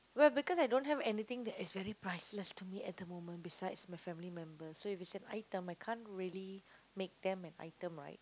but because I don't have anything that is very priceless to me at the moment besides my family member so if you say item I can't really make them an item right